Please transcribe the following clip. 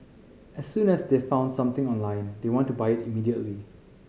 as soon as they've found something online they want to buy it immediately